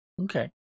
okay